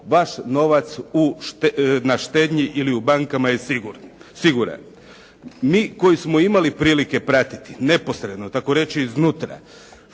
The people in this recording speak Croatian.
vaš novac na štednji ili u bankama je siguran. Mi koji smo imali prilike pratiti neposredno, tako reći iznutra,